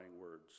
words